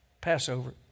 Passover